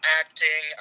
acting